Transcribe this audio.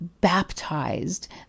baptized